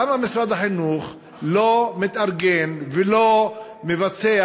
למה משרד החינוך לא מתארגן ולא מבצע